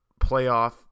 playoff